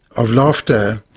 of laughter,